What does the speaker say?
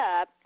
up